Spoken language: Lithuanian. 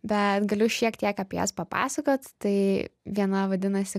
bet galiu šiek tiek apie jas papasakot tai viena vadinasi